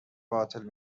باطل